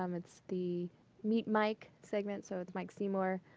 um it's the meet mike segment. so it's mike seymour.